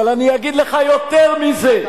אבל אני אגיד לך יותר מזה,